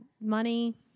money